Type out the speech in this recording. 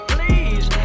Please